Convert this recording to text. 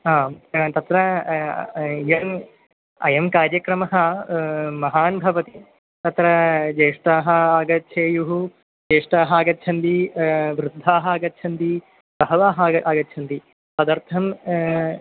आम् इदानीं तत्र इयम् अयं कार्यक्रमः महान् भवति तत्र ज्येष्ठाः आगच्छेयुः ज्येष्ठाः आगच्छन्ति वृद्धाः आगच्छ्ति बहवः आगतं आगच्छन्ति तदर्थं